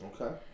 Okay